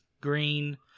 green